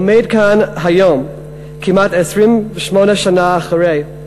עומד כאן היום, כמעט 28 שנה אחרי,